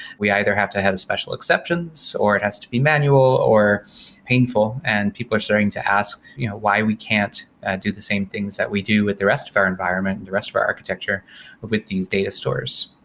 we either have to have special exceptions, or it has to be manual, or painful and people are starting to ask you know why we can't do the same things that we do with the rest of our environment, the rest of our architecture with these data stores.